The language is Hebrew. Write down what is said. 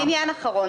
לעניין אחרון.